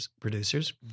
producers